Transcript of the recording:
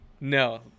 No